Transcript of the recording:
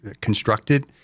constructed